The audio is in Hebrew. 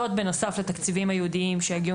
זאת בנוסף לתקציבים הייעודיים שיגיעו